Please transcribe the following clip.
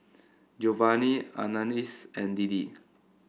Giovanni Anais and Deedee